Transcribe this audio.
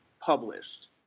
published